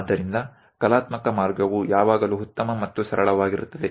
ಆದ್ದರಿಂದ ಕಲಾತ್ಮಕ ಮಾರ್ಗವು ಯಾವಾಗಲೂ ಉತ್ತಮ ಮತ್ತು ಸರಳವಾಗಿರುತ್ತದೆ